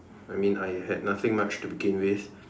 I mean I had nothing much to begin with